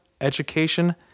education